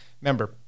remember